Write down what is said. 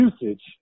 usage